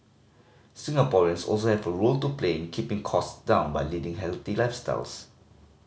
Singaporeans also have a role to play in keeping cost down by leading healthy lifestyles